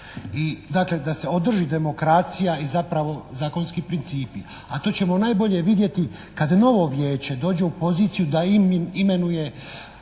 Dakle da se održi demokracija i zapravo zakonski principi. A to ćemo najbolje vidjeti kad novo vijeće dođe u poziciju da imenuje